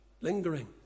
Lingering